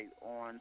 on